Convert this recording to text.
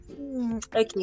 Okay